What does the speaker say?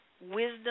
wisdom